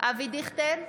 אבי דיכטר,